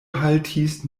haltis